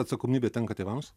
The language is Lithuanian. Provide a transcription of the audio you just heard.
atsakomybė tenka tėvams